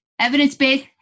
Evidence-Based